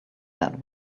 that